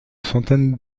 centaine